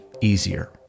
easier